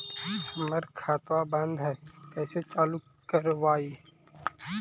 हमर खतवा बंद है कैसे चालु करवाई?